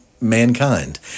mankind